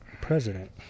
President